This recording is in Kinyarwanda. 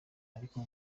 ariko